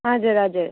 हुजर हजुर